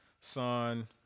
son